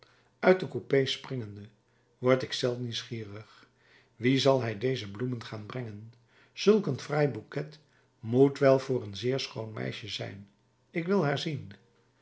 uit de coupé springende word ik zelf nieuwsgierig wie zal hij deze bloemen gaan brengen zulk een fraai bouquet moet wel voor een zeer schoon meisje zijn ik wil haar zien